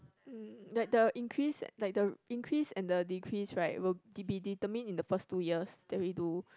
mm like the increase like the increase and the decrease right will de~ be determined in the first two years that we do